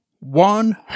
One